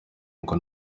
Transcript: ngo